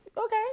okay